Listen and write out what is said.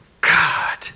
God